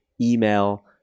email